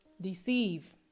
deceive